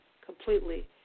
completely